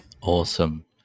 Awesome